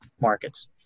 markets